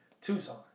Tucson